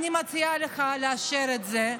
אני מציעה לך לאשר את זה,